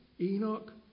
Enoch